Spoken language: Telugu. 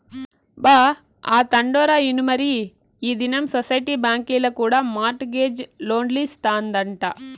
బా, ఆ తండోరా ఇనుమరీ ఈ దినం సొసైటీ బాంకీల కూడా మార్ట్ గేజ్ లోన్లిస్తాదంట